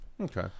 Okay